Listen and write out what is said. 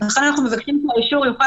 לכן אנחנו מבקשים פה שהאישור יוכל